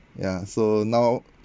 ya so now